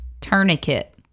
Tourniquet